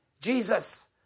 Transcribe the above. Jesus